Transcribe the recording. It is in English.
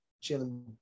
Chilling